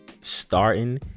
starting